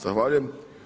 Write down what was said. Zahvaljujem.